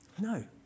No